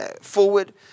forward